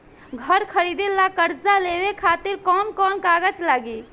घर खरीदे ला कर्जा लेवे खातिर कौन कौन कागज लागी?